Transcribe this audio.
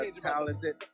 talented